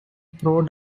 pro